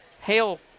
hail